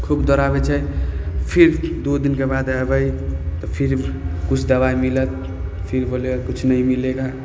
खूब दौड़ाबै छै फिर दू दिनके बाद अयबै तऽ फिर किछु दबाइ मिलत फिर बोलै किछु नहि मिलेगा